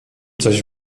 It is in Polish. coś